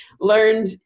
learned